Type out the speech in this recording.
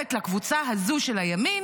גורמת לקבוצה הזו, של הימין,